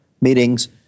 meetings